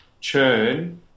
churn